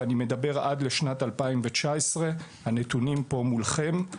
ואני מדבר עד לשנת 2019. הנתונים פה מולכם,